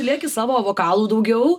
lėk į savo vokalų daugiau